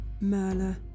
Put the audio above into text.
Merla